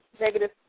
negative